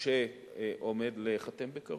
שעומד להיחתם בקרוב.